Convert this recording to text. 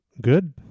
good